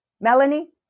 Melanie